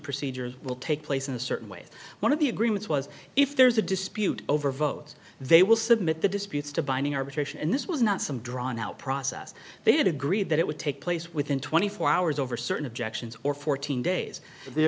procedures will take place in a certain way one of the agreements was if there's a dispute over votes they will submit the disputes to binding arbitration and this was not some drawn out process they had agreed that it would take place within twenty four hours over certain objections or fourteen days